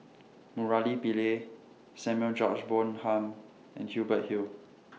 Murali Pillai Samuel George Bonham and Hubert Hill